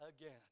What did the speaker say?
again